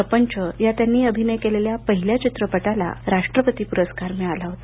प्रपंच या त्यांनी अभिनय केलेल्या पहिल्या चित्रपटाला राष्ट्रपती पुरस्कार मिळाला होता